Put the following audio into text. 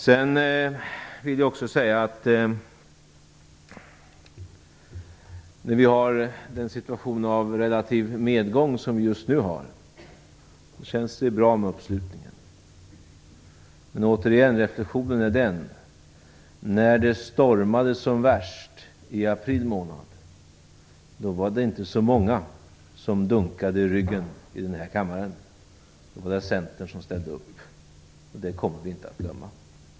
Jag vill också säga att när vi har en situation av relativ medgång, som vi just nu har, känns det bra med uppslutningen. Men återigen: Reflexionen är den att när det stormade som värst, i april månad, var det inte så många som dunkade i ryggen i den här kammaren. Då var det Centern som ställde upp, och det kommer vi inte att glömma.